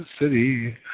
City